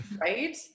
right